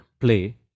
play